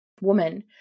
woman